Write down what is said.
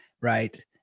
right